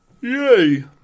Yay